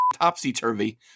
topsy-turvy